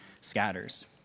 scatters